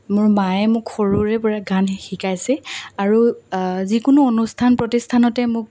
মোৰ মায়ে মোক সৰুৰেপৰা গান শিকাইছে আৰু যিকোনো অনুষ্ঠান প্ৰতিষ্ঠানতে মোক